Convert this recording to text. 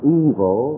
evil